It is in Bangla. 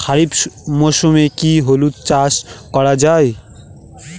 খরিফ মরশুমে কি হলুদ চাস করা য়ায়?